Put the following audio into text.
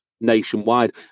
nationwide